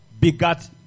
Begat